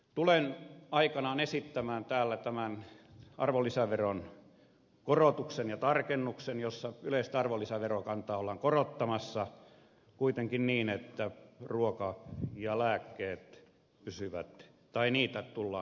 tulen aikanaan esittämään täällä tämän arvonlisäveron korotuksen ja tarkennuksen jossa yleistä arvonlisäverokantaa ollaan korottamassa kuitenkin niin että ruoan ja lääkkeiden osalta sitä tullaan alentamaan